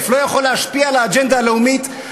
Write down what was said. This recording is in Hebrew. לא יכול להשפיע על האג'נדה הלאומית,